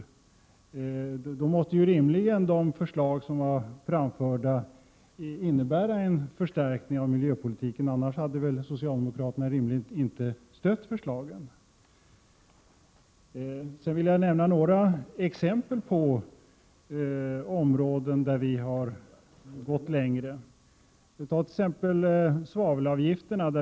De framförda förslagen måste uppenbarligen innebära en förstärkning av miljöpolitiken, annars hade socialdemokraterna väl inte stött dem. Jag vill nämna några exempel på områden där vi har gått längre. Ta t.ex. svavelavgifterna.